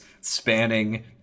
spanning